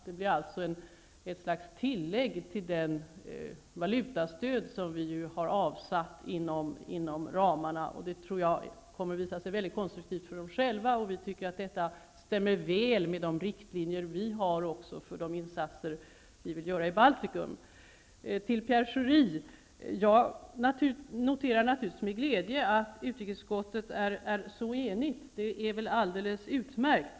Det blir alltså ett slags tillägg till det valutastöd som vi ju har avsatt inom ramarna. Det tror jag kommer att visa sig vara mycket konstruktivt för dem själva, och vi tycker att detta stämmer väl med de riktlinjer vi har för de insatser vi vill göra i Baltikum. Till Pierre Schori vill jag säga att jag naturligtvis noterar med glädje att utrikesutskottet är så enigt; det är väl alldeles utmärkt.